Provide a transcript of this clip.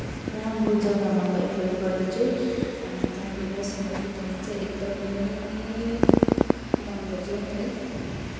राम्रो जग्गामा भएकोले गर्दा चाहिँ हामीहरू त्यहाँ गएर समय बिताउन चाहिँ एकदमै मन गर्छौँ है